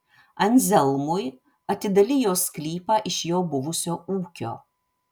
anzelmui atidalijo sklypą iš jo buvusio ūkio